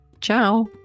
Ciao